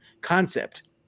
concept